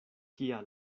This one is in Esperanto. kia